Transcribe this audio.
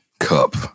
Cup